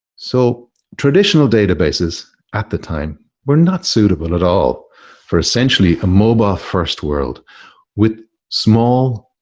so traditional databases at the time were not suitable at all for essentially a mobile-first world with small,